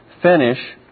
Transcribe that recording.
finish